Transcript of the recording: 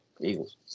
Eagles